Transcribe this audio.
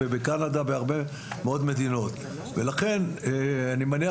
בקנדה ובעוד הרבה מאוד מדינות לכן אני מניח